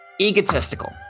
egotistical